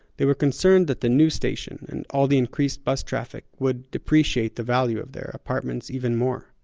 they were concerned that the new station, and all the increased bus traffic, would depreciate the value of their apartments even more.